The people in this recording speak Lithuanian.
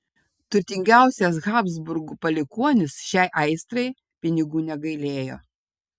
turtingiausias habsburgų palikuonis šiai aistrai pinigų negailėjo